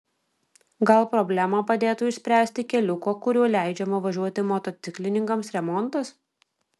gal problemą padėtų išspręsti keliuko kuriuo leidžiama važiuoti motociklininkams remontas